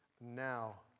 now